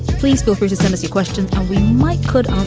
please feel free to send us your questions and we might could um